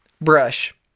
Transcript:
Brush